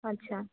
अच्छा